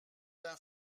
d’un